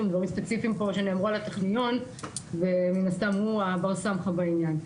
דברים ספציפיים שנאמרו על הטכניון ומן הסתם הוא הבר סמכא בעניין.